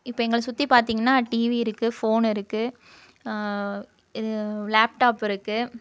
இப்போ எங்களை சுற்றி பார்த்தீங்கனா டிவி இருக்குது ஃபோன் இருக்குது இது லேப்டாப்பு இருக்குது